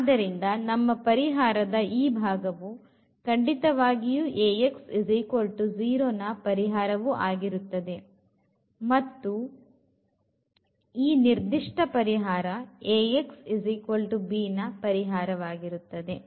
ಆದ್ದರಿಂದ ನಮ್ಮ ಪರಿಹಾರದ ಈ ಭಾಗವು ಖಂಡಿತವಾಗಿಯೂ Ax0 ರ ಪರಿಹಾರವು ಆಗಿರುತ್ತದೆ ಮತ್ತು ಈ ನಿರ್ದಿಷ್ಟ ಪರಿಹಾರ Axb ನ ಪರಿಹಾರವು ಆಗಿರುತ್ತದೆ